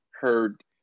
heard